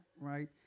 right